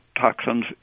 toxins